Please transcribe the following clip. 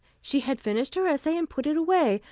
she had finished her essay and put it away,